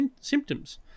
symptoms